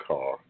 Car